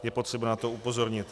Je potřeba na to upozornit.